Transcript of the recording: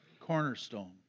cornerstone